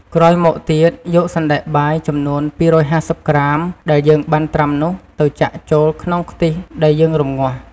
ក្រោយមកទៀត យកសណ្ដែកបាយចំនួន២៥០ក្រាម ដែលយើងបានត្រាំនោះ ទៅចាក់ចូលក្នុងខ្ទិះដែលយើងរំងាស់។